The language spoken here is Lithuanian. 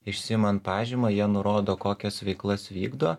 išsiimant pažymą jie nurodo kokias veiklas vykdo